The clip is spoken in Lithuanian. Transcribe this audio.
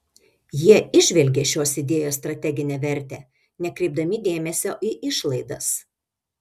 jie įžvelgė šios idėjos strateginę vertę nekreipdami dėmesio į išlaidas